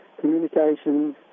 communications